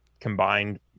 combined